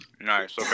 Nice